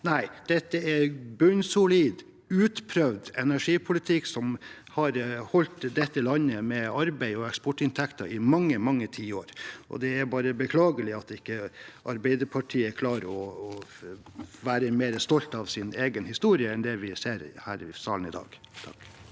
Nei, dette er bunnsolid, utprøvd energipolitikk som har holdt dette landet med arbeid og eksportinntekter i mange, mange tiår. Det er bare beklagelig at ikke Arbeiderpartiet klarer å være mer stolt av sin egen historie enn det vi ser her i salen i dag.